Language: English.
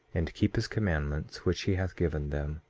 and keep his commandments which he hath given them,